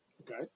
okay